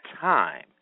time